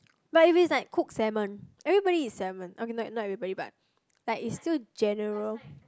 but if it's like cooked salmon everybody eats salmon okay not not everybody but like it's still general